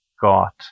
got